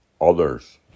Others